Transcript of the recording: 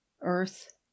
earth